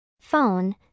Phone